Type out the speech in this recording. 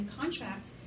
contract